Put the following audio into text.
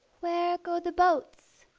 where go the boats?